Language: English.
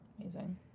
Amazing